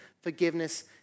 forgiveness